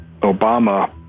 Obama